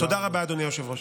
תודה רבה, אדוני היושב-ראש.